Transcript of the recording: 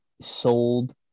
sold